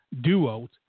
duos